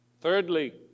Thirdly